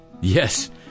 Yes